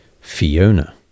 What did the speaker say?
Fiona